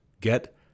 Get